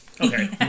Okay